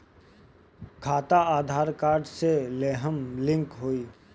खाता आधार कार्ड से लेहम लिंक होई?